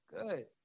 good